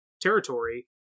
territory